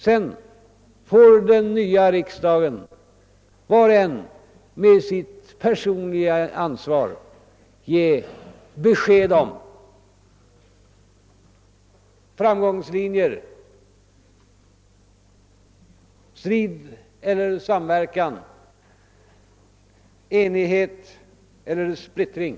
Sedan får var och en med sitt personliga ansvar i den nya riksdagen ge besked om framgångslinjer: strid eller samverkan, enighet eller splittring.